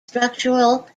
structural